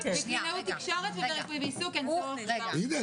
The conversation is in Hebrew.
לקלינאות תקשורת ולריפוי בעיסוק --- תגידו